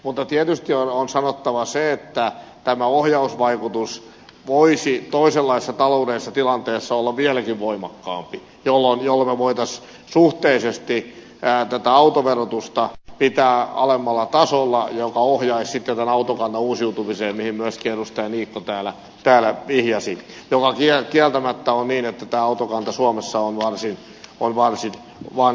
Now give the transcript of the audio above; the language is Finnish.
mutta tietysti on sanottava se että tämä ohjausvaikutus voisi toisenlaisessa taloudellisessa tilanteessa olla vieläkin voimakkaampi jolloin me voisimme suhteellisesti tätä autoverotusta pitää alemmalla tasolla mikä ohjaisi sitten autokannan uusiutumiseen mihin myöskin edustaja niikko täällä vihjasi mikä kieltämättä on niin että tämä autokanta suomessa on varsin iäkästä